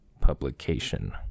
publication